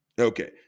okay